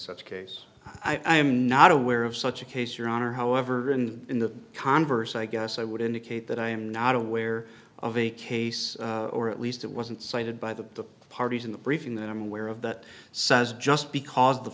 such case i'm not aware of such a case your honor however in the converse i guess i would indicate that i am not aware of a case or at least it wasn't cited by the parties in the briefing that i'm aware of that says just because the